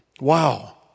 Wow